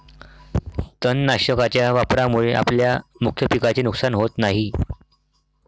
तणनाशकाच्या वापरामुळे आपल्या मुख्य पिकाचे नुकसान होत नाही